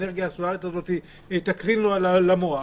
האנרגיה הסולארית הזאת תקרין לו למוח,